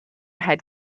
had